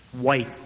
white